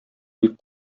бик